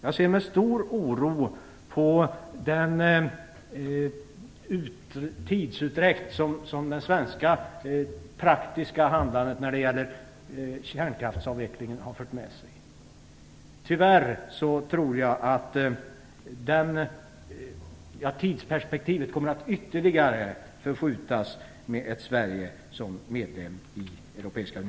Jag ser med stor oro på den tidsutdräkt som det svenska praktiska handlandet när det gäller kärnkraftsavvecklingen har fört med sig. Tyvärr tror jag att tidsperspektivet kommer att förskjutas ytterligare om Sverige blir medlem i